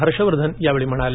हर्षवर्धन यावेळी म्हणाले